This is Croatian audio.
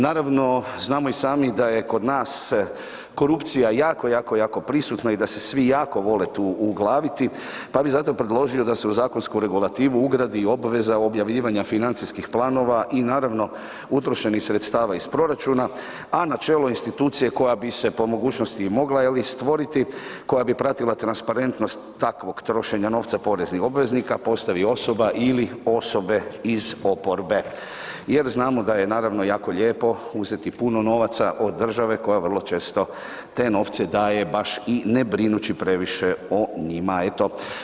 Naravno, znamo i sami da je kod nas korupcija jako, jako, jako prisutna i da se svi jako vole tu uglaviti, pa bi zato predložio da se u zakonsku regulativu ugradi i obveza objavljivanja financijskih planova i naravno utrošenih sredstava iz proračuna, a na čelo institucije koja bi se po mogućnosti i mogla, je li, stvoriti, koja bi pratila transparentnost takvog trošenja novca poreznih obveznika, postavi osoba ili osobe iz oporbe jer znamo da je naravno jako lijepo uzeti puno novaca od države koja vrlo često te novce daje baš i ne brinući previše o njima, eto.